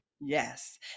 yes